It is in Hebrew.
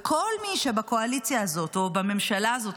וכל מי שבקואליציה הזאת או בממשלה הזאת